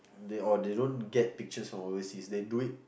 they all they don't get pictures from oversea they do it